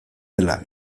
dela